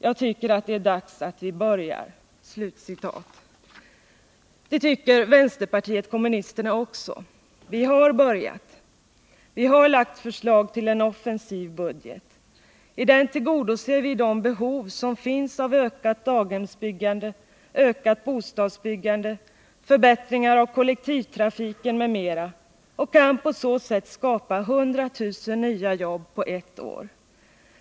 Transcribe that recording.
Jag tycker att det är dags att vi börjar.” Det tycker vänsterpartiet kommunisterna också. Vi har börjat. Vi har lagt förslag till en offensiv budget. I den tillgodoser vi de behov som finns av ökat daghemsbyggande, ökat bostadsbyggande, förbättringar av kollektivtrafiken m.m., och kan på så sätt skapa 100 000 nya jobb på ett år.